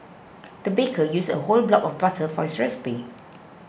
the baker used a whole block of butter for his recipe